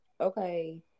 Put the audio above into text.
okay